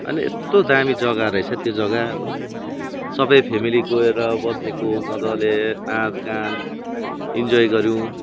अनि यस्तो दामी जग्गा रहेछ त्यो जग्गा अब सबै फेमिली गएर बसेको मज्जाले नाचगान इन्जोय गऱ्यौँ